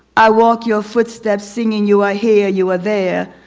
i walk your footsteps singing you are here, you are there.